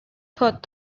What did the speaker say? thought